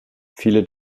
viele